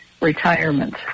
retirement